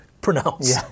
pronounce